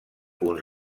uns